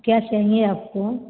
क्या चाहिए आपको